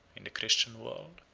in the christian world.